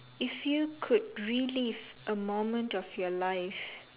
if you could relive a moment of your life